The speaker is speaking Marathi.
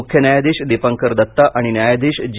मुख्य न्यायाधीश दिपांकर दत्ता आणि न्यायाधीश जी